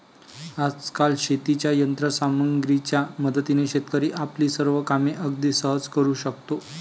आजकाल शेतीच्या यंत्र सामग्रीच्या मदतीने शेतकरी आपली सर्व कामे अगदी सहज करू शकतो